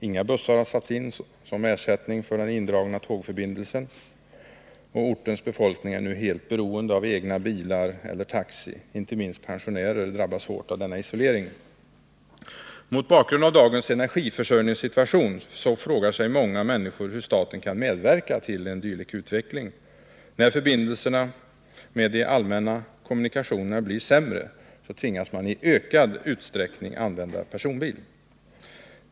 Inga bussar har satts in som ersättning för den indragna tågförbindelsen, och ortens befolkning är nu helt beroende av egna bilar eller taxi. Inte minst pensionärer drabbas hårt av denna isolering. Mot bakgrund av dagens energiförsörjningssituation frågar sig många människor hur staten kan medverka till en dylik utveckling. När förbindelserna med de allmänna kommunikationerna blir sämre tvingas man i ökad utsträckning använda personbil.